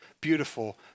beautiful